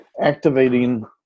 activating